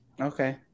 Okay